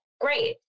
great